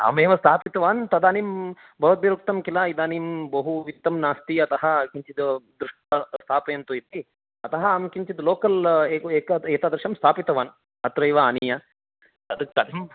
अहमेव स्थापितवान् तदानीं भवद्भिरुक्तं खिल इदानीं बहु वित्तं नास्ति अतः किञ्चित् दृष्त्वा स्थापयन्तु इति अतः अहं किञ्चित् लोकल् एतदृशं स्थापितवान् अत्रैव आनीय तत् कथं